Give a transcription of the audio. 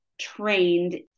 trained